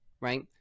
right